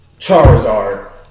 Charizard